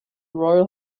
royal